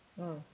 mm